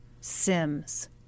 Sims